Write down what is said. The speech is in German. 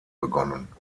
begonnen